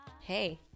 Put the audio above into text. hey